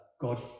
God